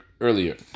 earlier